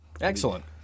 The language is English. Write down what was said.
Excellent